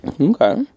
Okay